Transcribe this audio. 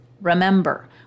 Remember